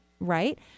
right